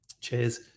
cheers